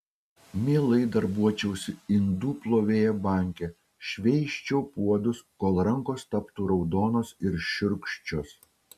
mielai darbuočiausi indų plovėja banke šveisčiau puodus kol rankos taptų raudonos ir šiurkščios